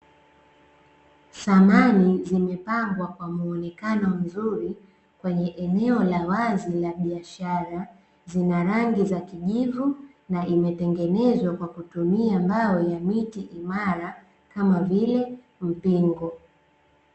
Samani zimepangwa kwa muonekano mzuri, kwenye eneo la wazi la biashara. Zina rangi za kijivu na imetengenezwa kwa kutumia mbao ya miti imara, kama vile mpingo.